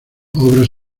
obras